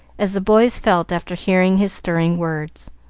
as the boys felt after hearing his stirring words.